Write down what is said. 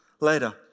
later